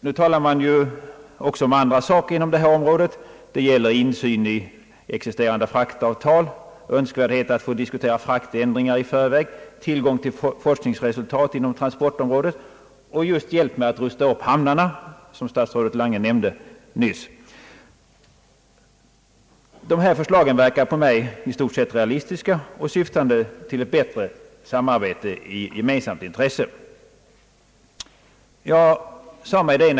Det talas också om andra saker på det här området — insyn i existerande fraktavtal, önskvärdheten att få diskutera fraktändringar i förväg, tillgång till forskningsresultat inom transportområdet samt också hjälp med att rusta upp hamnarna, som statsrådet Lange nämnde nyss. Dessa förslag verkar på mig i stort sett realistiska och syftande till ett bättre samarbete i gemensamt intresse.